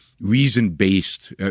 reason-based